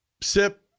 sip